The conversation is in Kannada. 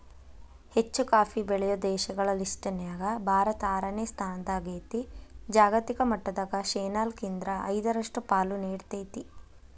ಹೆಚ್ಚುಕಾಫಿ ಬೆಳೆಯೋ ದೇಶಗಳ ಲಿಸ್ಟನ್ಯಾಗ ಭಾರತ ಆರನೇ ಸ್ಥಾನದಾಗೇತಿ, ಜಾಗತಿಕ ಮಟ್ಟದಾಗ ಶೇನಾಲ್ಕ್ರಿಂದ ಐದರಷ್ಟು ಪಾಲು ನೇಡ್ತೇತಿ